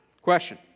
Question